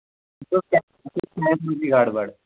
گڑبَڑ